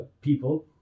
people